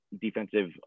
defensive